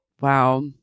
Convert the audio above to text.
wow